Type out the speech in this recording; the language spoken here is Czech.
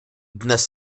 dnes